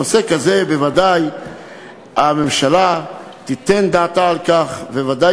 נושא כזה, בוודאי הממשלה תיתן דעתה על כך ובוודאי